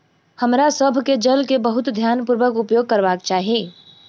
हमरा सभ के जल के बहुत ध्यानपूर्वक उपयोग करबाक चाही